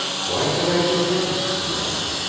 why should i do that? he asked.